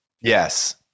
yes